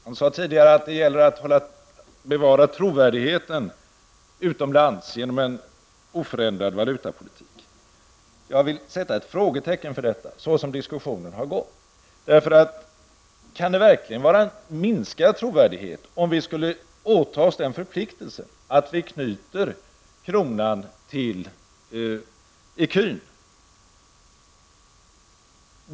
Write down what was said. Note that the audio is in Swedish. Han sade tidigare att det gäller att bevara trovärdigheten utomlands genom en oförändrad valutapolitik. Jag vill sätta ett frågetecken för detta -- så som diskussionen har gått. Kan det verkligen minska vår trovärdighet om vi skulle åta oss förpliktelsen att knyta kronan till ecun?